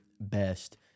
best